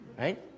Right